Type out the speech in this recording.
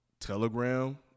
Telegram